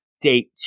date